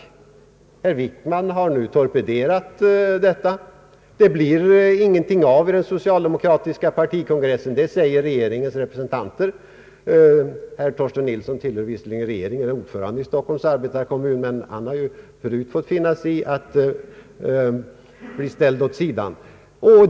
Statsrådet Wickman har torpederat det och deklarerat att det förslaget inte kommer att bifallas vid den socialdemokratiska partikongressen, ty så har regeringens representanter bestämt. Herr Torsten Nilsson är visserligen ordförande i Stockholms arbetarkommun och är medlem av regeringen, men han har även tidigare fått finna sig i att bli ställd åt sidan.